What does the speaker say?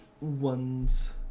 ones